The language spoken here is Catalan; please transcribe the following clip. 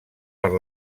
per